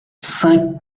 cinq